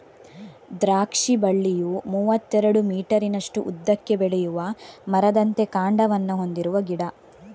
ದ್ರಾಕ್ಷಿ ಬಳ್ಳಿಯು ಮೂವತ್ತೆರಡು ಮೀಟರಿನಷ್ಟು ಉದ್ದಕ್ಕೆ ಬೆಳೆಯುವ ಮರದಂತೆ ಕಾಂಡವನ್ನ ಹೊಂದಿರುವ ಗಿಡ